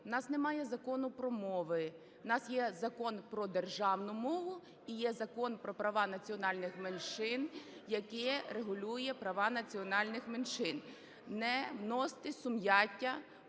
В нас немає "закону про мови", в нас є Закон про державну мову і є Закон про права національних меншин, який регулює права національних меншин. Не вносьте сум'яття